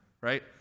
right